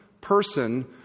person